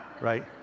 right